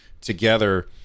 together